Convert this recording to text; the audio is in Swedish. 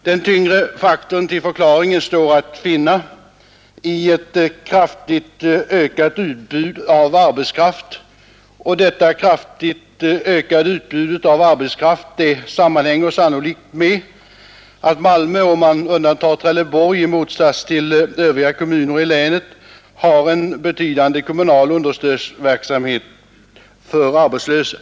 Den främsta förklaringen står att finna i ett kraftigt ökat utbud av arbetskraft, och detta sammanhänger sannolikt med att Malmö, om man undantar Trelleborg, i motsats till övriga kommuner i länet har en betydande kommunal understödsverksamhet för arbetslösa.